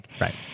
right